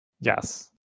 Yes